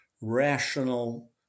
rational